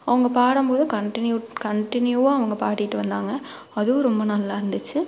அவங்க படும்போது கண்டினியூட் கண்டினியூவ்வாக அவங்க பாடிட்டு வந்தாங்க அதுவும் ரொம்ப நல்லா இருந்துச்சு